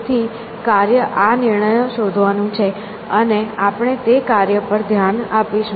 તેથી કાર્ય આ નિર્ણયો શોધવાનું છે અને આપણે તે કાર્ય પર ધ્યાન આપીશું